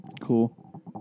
Cool